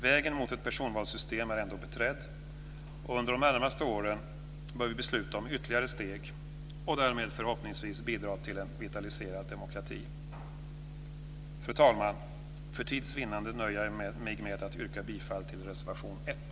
Vägen mot ett personvalssystem är ändå beträdd, och under de närmaste åren bör vi besluta om ytterligare steg och därmed förhoppningsvis bidra till en vitaliserad demokrati. Fru talman! För tids vinnande nöjer jag mig med att yrka bifall till reservation 1.